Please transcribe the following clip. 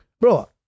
Bro